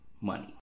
money